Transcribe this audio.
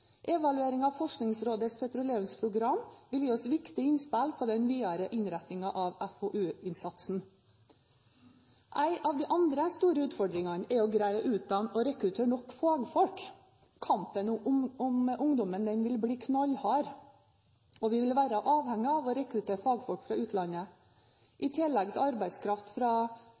av Forskningsrådets petroleumsprogram vil gi oss viktige innspill til den videre innretningen av FoU-innsatsen. En av de andre store utfordringene er å greie å utdanne og rekruttere nok fagfolk. Kampen om ungdommen vil bli knallhard, og vi vil være avhengig av å rekruttere fagfolk fra utlandet. I tillegg til arbeidskraft fra